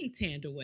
Tandaway